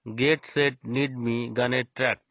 gate set need me গানের track